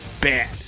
bad